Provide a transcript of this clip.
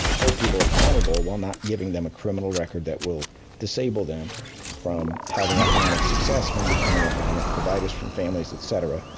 hold people accountable, while not giving them a criminal record that will disable them from having economic success, from becoming economic providers for families, et cetera.